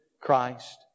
Christ